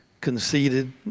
conceded